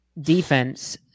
Defense